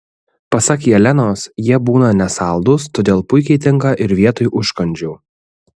pasak jelenos jie būna nesaldūs todėl puikiai tinka ir vietoj užkandžių